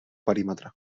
perímetre